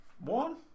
One